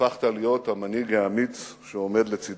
הפכת להיות המנהיג האמיץ שעומד לצדנו.